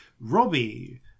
Robbie